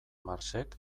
marxek